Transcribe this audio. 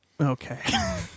Okay